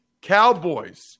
Cowboys